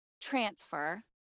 transfer